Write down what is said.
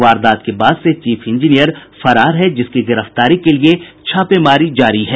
वारदात के बाद से चीफ इंजीनियर फरार है जिसकी गिरफ्तारी के लिए छापेमारी जारी है